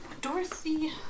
Dorothy